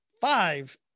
five